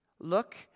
Look